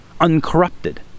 uncorrupted